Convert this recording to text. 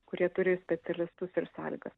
kurie turi specialistus ir sąlygas